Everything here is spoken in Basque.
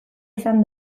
izan